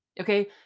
Okay